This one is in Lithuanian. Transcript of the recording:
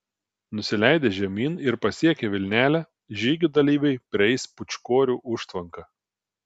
nusileidę žemyn ir pasiekę vilnelę žygio dalyviai prieis pūčkorių užtvanką